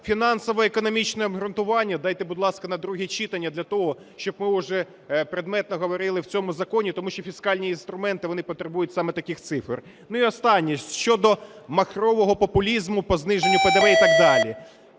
фінансово-економічне обґрунтування дайте, будь ласка, на друге читання для того, щоб ми уже предметно говорили в цьому законі. Тому що фіскальні інструменти, вони потребують саме таких цифр. І останнє – щодо махрового популізму по зниженню ПДВ і так далі.